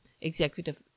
executive